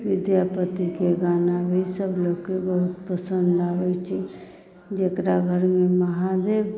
विद्यापतिके गाना भी सभ लोकके बहुत पसन्द आबैत छै जकरा घरमे महादेव